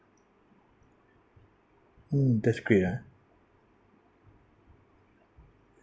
mm that's great ah